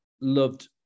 loved